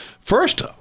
First